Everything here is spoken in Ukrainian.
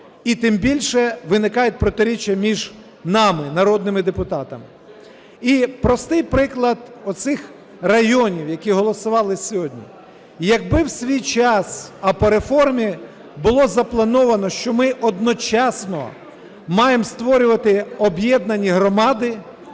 і тим більше виникають протиріччя між нами, народними депутати. І простий приклад оцих районів, які голосували сьогодні. Якби в свій час, а по реформі було заплановано, що ми одночасно маємо створювати об'єднані громади,